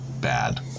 bad